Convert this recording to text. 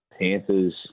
Panthers